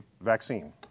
vaccine